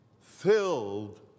filled